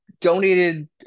donated